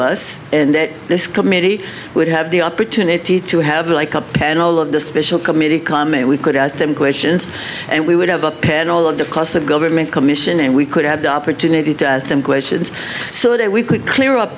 us and that this committee would have the opportunity to have like a panel of the special committee climate we could ask them questions and we would have a panel of the cost of government commission and we could have the opportunity to ask them questions so that we could clear up